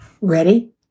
Ready